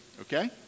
okay